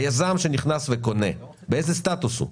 היזם שנכנס וקונה, באיזה סטטוס הוא?